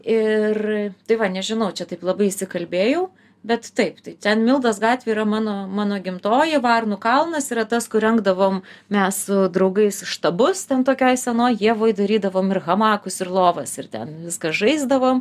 ir tai va nežinau čia taip labai įsikalbėjau bet taip tai ten mildos gatvė yra mano mano gimtoji varnų kalnas yra tas kur rengdavom mes su draugais štabus ten tokioj senoj ievoj darydavom ir hamakus ir lovas ir ten viską žaisdavom